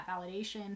validation